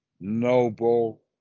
noble